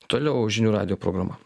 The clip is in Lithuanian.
toliau žinių radijo programa